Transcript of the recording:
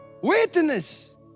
witness